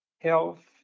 health